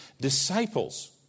disciples